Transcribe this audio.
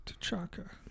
T'Chaka